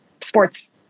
sports